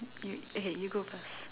you okay you go first